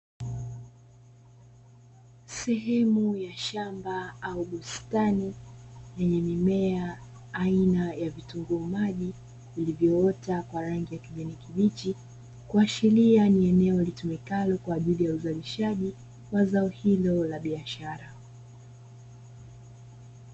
Sehemu ya shamba au bustani yenye mimea aina ya vitunguu maji ulivyoota kwa rangi ya kijani kibichi kuashiria ni eneo litumekalo kwa ajili ya uzalishaji wa zao hilo la biashara.